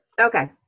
Okay